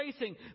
racing